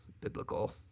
biblical